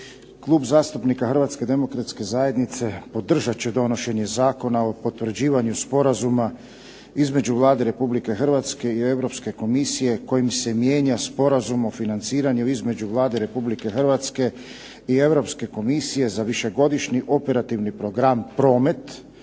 Klub zastupnika Hrvatske demokratske zajednice podržat će donošenje Zakona o potvrđivanju Sporazuma između Vlade Republike Hrvatske i Europske komisije kojim se mijenja Sporazum o financiranju između Vlade Republike Hrvatske i Europske komisije za višegodišnji operativni program